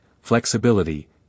Flexibility